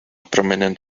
prominent